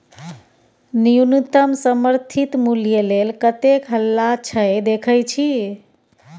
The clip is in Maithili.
न्युनतम समर्थित मुल्य लेल कतेक हल्ला छै देखय छी